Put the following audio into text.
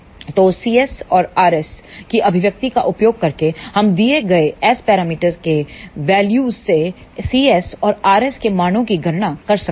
तो cs और rs की अभिव्यक्ति का उपयोग करके हम दिए गए एस पैरामीटर के वैल्यूस से cs और rs के मानों की गणना कर सकते हैं